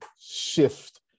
shift